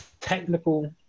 technical